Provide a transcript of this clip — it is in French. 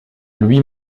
lui